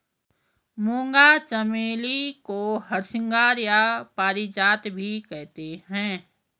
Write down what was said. मूंगा चमेली को हरसिंगार या पारिजात भी कहते हैं